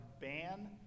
ban